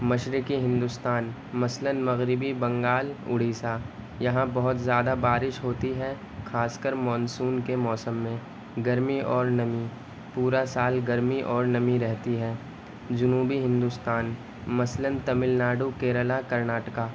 مشرقی ہندوستان مثلاََ مغربی بنگال اڑیسہ یہاں بہت زیادہ بارش ہوتی ہے خاص کر مانسون کے موسم میں گرمی اور نمی پورا سال گرمی اور نمی رہتی ہے جنوبی ہندوستان مثلاََ تمل ناڈو کیرل کرناٹک